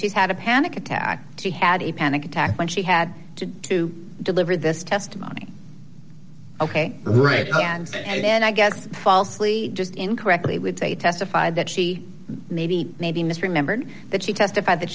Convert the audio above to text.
she's had a panic attack she had a panic attack when she had to to deliver this testimony ok great hands and i guess falsely just incorrectly would say testified that she maybe maybe misremembered that she testified that